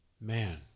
Man